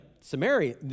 Samaria